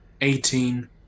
eighteen